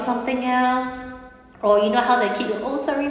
something else or you know how the kids oh sorry